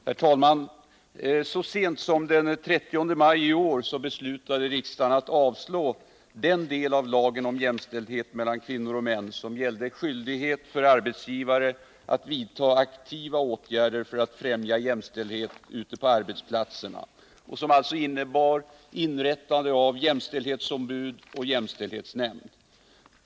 Herr talman! Så sent som den 30 maj i år beslutade riksdagen att avslå den del av lagen om jämställdhet mellan kvinnor och män som gällde skyldighet för arbetsgivare att vidta aktiva åtgärder för att främja jämställdhet ute på arbetsplatserna och som innebar inrättande av ett jämställdhetsombud och en jämställdhetsnämnd.